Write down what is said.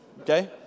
okay